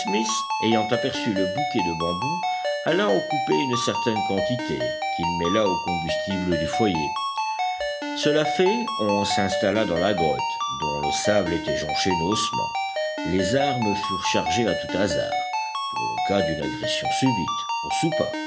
ayant aperçu le bouquet de bambous alla en couper une certaine quantité qu'il mêla au combustible du foyer cela fait on s'installa dans la grotte dont le sable était jonché d'ossements les armes furent chargées à tout hasard pour le cas d'une agression subite on soupa